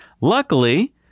Luckily